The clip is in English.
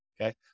Okay